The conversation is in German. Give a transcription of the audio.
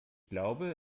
glaube